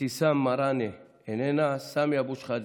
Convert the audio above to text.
אבתיסאם מראענה, איננה, סמי אבו שחאדה,